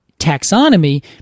taxonomy